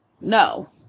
no